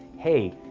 hey,